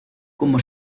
como